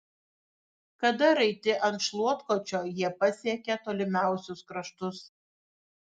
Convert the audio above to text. kada raiti ant šluotkočio jie pasiekią tolimiausius kraštus